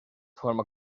forma